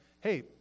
hey